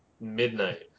midnight